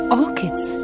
orchids